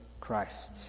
Christ